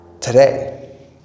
today